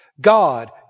God